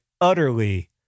utterly